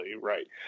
Right